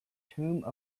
tomb